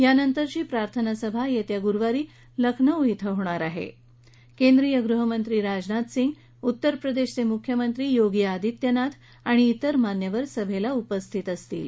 यानंतरची प्रार्थनासभा यस्वी गुरुवारी लखनौ इथं होणार आह क्रिंद्रीय गृहमंत्री राजनाथ सिंग उत्तरप्रदधीव सिख्यमंत्री योगी आदित्यनाथ आणि इतर मान्यवर सभछी उपस्थित राहतील